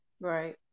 Right